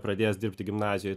pradėjęs dirbti gimnazijoj